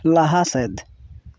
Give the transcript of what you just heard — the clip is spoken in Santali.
ᱞᱟᱦᱟᱥᱮᱫ